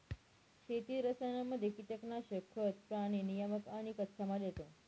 शेती रसायनांमध्ये कीटनाशक, खतं, प्राणी नियामक आणि कच्चामाल येतो